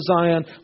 Zion